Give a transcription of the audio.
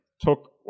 took